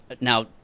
now